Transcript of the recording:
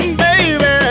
baby